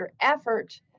effort